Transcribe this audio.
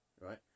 right